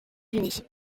unis